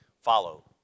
follow